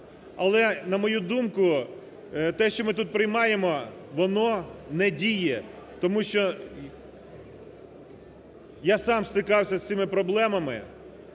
Але на мою думку, те, що ми тут приймаємо, воно не діє, тому що я сам стикався з цими проблемами,